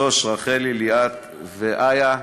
שוש, רחלי, ליאת ואיה.